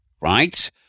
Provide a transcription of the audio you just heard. right